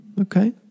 Okay